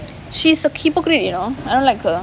she's a hypocrite you know I don't like her